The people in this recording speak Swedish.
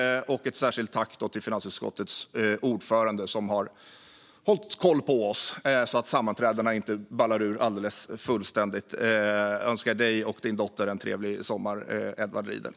Jag vill rikta ett särskilt tack till finansutskottets ordförande, som har hållit koll på oss så att sammanträdena inte har ballat ur fullständigt. Jag önskar dig och din dotter en trevlig sommar, Edward Riedl.